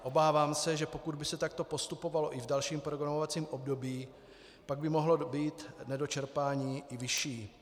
Obávám se, že pokud by se takto postupovalo i v dalším programovacím období, pak by mohlo být nedočerpání i vyšší.